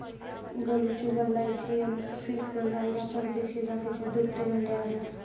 बलुची, बल्लाचियन, सिर्गजा या परदेशी जातीच्या दुभत्या मेंढ्या आहेत